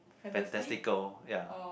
fantastic goal ya